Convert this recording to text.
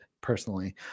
personally